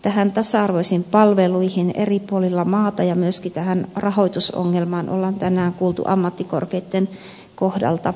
näistä tasa arvoisista palveluista eri puolilla maata ja myöskin tästä rahoitusongelmasta on tänään kuultu ammattikorkeitten kohdalta